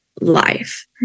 life